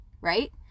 right